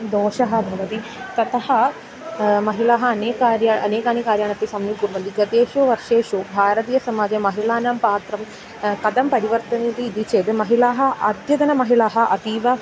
दोषः भवति ततः महिलाः अनेकानि अनेकानि कार्याण्यपि सम्यक् कुर्वन्ति गतेषु वर्षेषु भारतीयसमाजे महिलानां पात्रं कथं परिवर्तनम् इति चेद् महिलाः अद्यतनमहिलाः अतीव